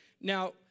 Now